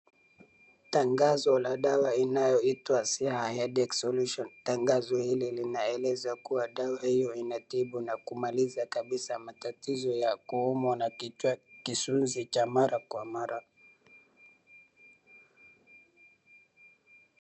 Tangazo la dawa inayoitwa Siha Headeache Solution . Tangazo hili linaeleza kuwa dawa hiyo inatibu na kumaliza kabisa matatizo ya kuumwa na kichwa, kisunzi cha mara kwa mara.